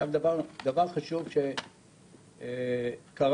עכשיו, דבר חשוב שקרה